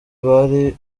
bari